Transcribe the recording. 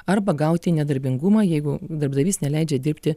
arba gauti nedarbingumą jeigu darbdavys neleidžia dirbti